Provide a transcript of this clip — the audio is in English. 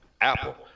Apple